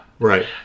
Right